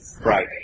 Right